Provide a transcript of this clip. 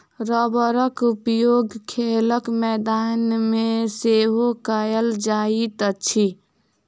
रबड़क उपयोग खेलक मैदान मे सेहो कयल जाइत अछि